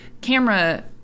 camera